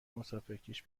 مسافرکش